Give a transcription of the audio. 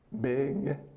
Big